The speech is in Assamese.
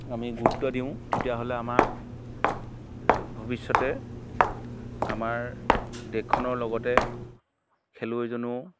আমি গুৰুত্ব দিওঁ তেতিয়া হ'লে আমাৰ ভৱিষ্যতে আমাৰ দেশখনৰ লগতে খেলুৱৈজনো